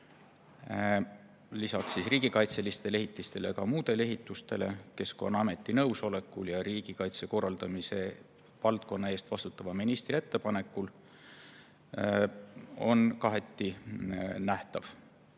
lisaks riigikaitseliste ehitiste ka muude ehitiste puhul Keskkonnaameti nõusolekul ja riigikaitse korraldamise eest vastutava ministri ettepanekul, on kaheti nähtav.